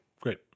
great